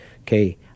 okay